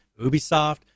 ubisoft